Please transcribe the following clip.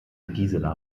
gisela